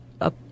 up